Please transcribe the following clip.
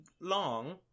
long